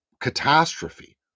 catastrophe